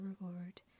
reward